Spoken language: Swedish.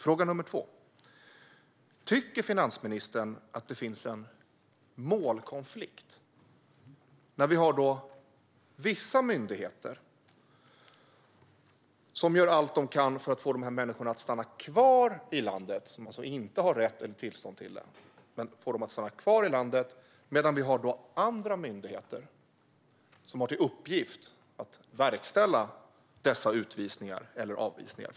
Fråga nr 2: Tycker finansministern att det finns en målkonflikt när vi har vissa myndigheter som gör allt de kan för att få de här människorna att stanna kvar i landet trots att de inte har rätt eller tillstånd att stanna, medan vi har andra myndigheter som har till uppgift att verkställa dessa utvisningar eller avvisningar?